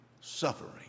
Suffering